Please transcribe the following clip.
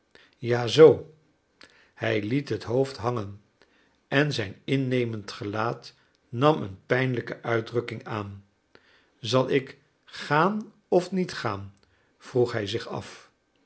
ja zoo hij liet het hoofd hangen en zijn innemend gelaat nam een pijnlijke uitdrukking aan zal ik gaan of niet gaan vroeg hij zich af